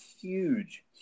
huge